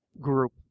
group